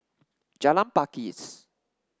Jalan Pakis